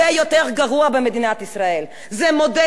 זה המודל של "ישראל היום", תרתי משמע.